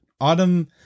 Autumn